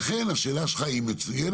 לכן השאלה שלך היא מצוינת,